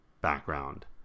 background